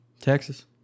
Texas